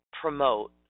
promote